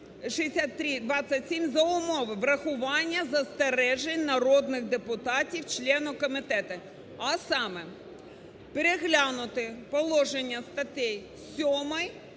за умови врахування застережень народних депутатів, членів комітетів. А саме, переглянути положення статей 7